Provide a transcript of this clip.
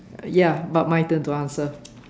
ya but my turn to answer